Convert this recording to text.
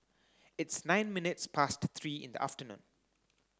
its nine minutes past three in the afternoon